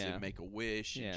Make-A-Wish